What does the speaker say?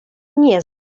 nie